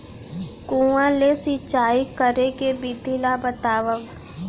कुआं ले सिंचाई करे के विधि ला बतावव?